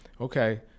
okay